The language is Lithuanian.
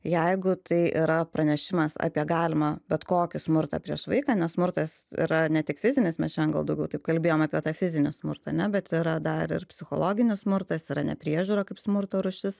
jeigu tai yra pranešimas apie galimą bet kokį smurtą prieš vaiką nes smurtas yra ne tik fizinis mes šiandien gal daugiau taip kalbėjom apie tą fizinį smurtą ane bet yra dar ir psichologinis smurtas yra nepriežiūra kaip smurto rūšis